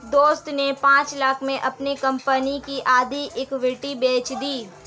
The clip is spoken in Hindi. दोस्त ने पांच लाख़ में अपनी कंपनी की आधी इक्विटी बेंच दी